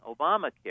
Obamacare